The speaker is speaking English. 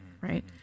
Right